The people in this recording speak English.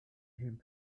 him